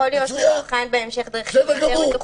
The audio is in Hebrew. מצוין.